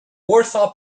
warsaw